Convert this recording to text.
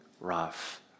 rough